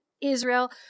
Israel